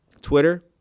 Twitter